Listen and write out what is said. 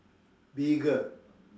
bigger